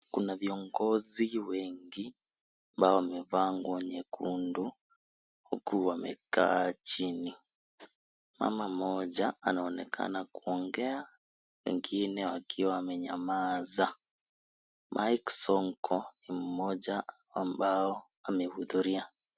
Kuna viongozi wengi ambao wamevaa nguo nyekundu huku wamekaa chini. Mama mmoja anaonekana kuongea wengine wakiwa wamenyamaza. Mike Sonko ni mmoja wa ambao wamehudhuria.